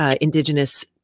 Indigenous